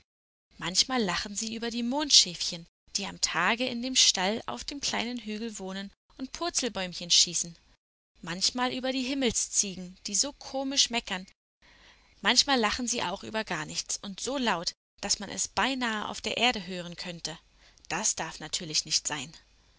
manchmal lachen sie über die mondschäfchen die am tage in dem stall auf dem kleinen hügel wohnen und purzelbäumchen schießen manchmal über die himmelsziegen die so komisch meckern manchmal lachen sie auch über gar nichts und so laut daß man es beinahe auf der erde hören könnte das darf natürlich nicht sein